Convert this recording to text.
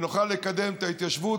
ונוכל לקדם את ההתיישבות,